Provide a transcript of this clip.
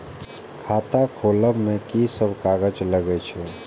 खाता खोलब में की सब कागज लगे छै?